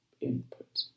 input